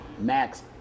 Max